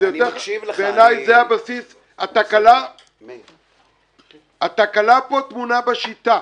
התקלה כאן טמונה בשיטה.